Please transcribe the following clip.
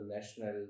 national